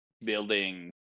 building